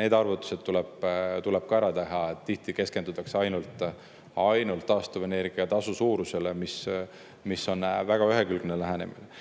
Need arvutused tuleb ka ära teha. Tihti keskendutakse ainult taastuvenergia tasu suurusele, mis on väga ühekülgne lähenemine.